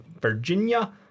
Virginia